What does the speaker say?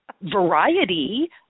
variety